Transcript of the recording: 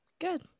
Good